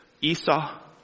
Esau